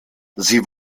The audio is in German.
sie